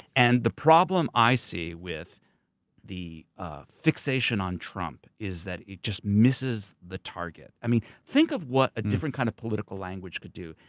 and the problem i see with the ah fixation on trump is that it just misses the target. i mean think of what a different kind of political language could do.